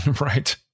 Right